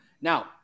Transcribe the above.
Now